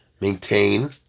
maintain